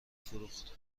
فروخت